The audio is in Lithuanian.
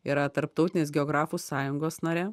yra tarptautinės geografų sąjungos nare